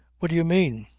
what do you mean?